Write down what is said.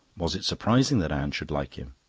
was it surprising that anne should like him?